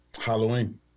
Halloween